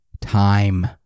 time